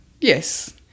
yes